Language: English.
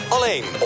Alleen